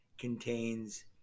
contains